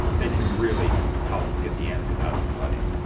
they can really help get the answers out of somebody.